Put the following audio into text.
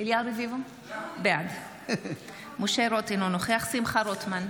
רביבו, בעד משה רוט, אינו נוכח שמחה רוטמן,